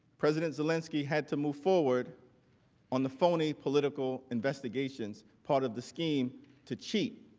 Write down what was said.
president zelensky had to move forward on the phony political investigation, part of the scheme to cheat